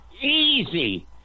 easy